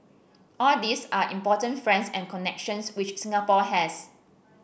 all these are important friends and connections which Singapore has